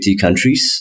countries